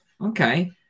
okay